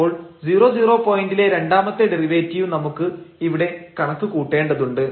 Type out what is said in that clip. അപ്പോൾ 00 പോയന്റിലെ രണ്ടാമത്തെ ഡെറിവേറ്റീവ് നമുക്ക് ഇവിടെ കണക്ക് കൂട്ടേണ്ടതുണ്ട്